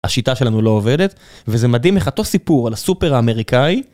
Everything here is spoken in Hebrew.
השיטה שלנו לא עובדת, וזה מדהים איך אותו סיפור על הסופר האמריקאי,